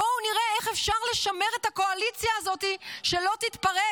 בואו נראה איך אפשר לשמר את הקואליציה הזאת שלא תתפרק.